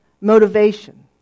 motivation